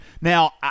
Now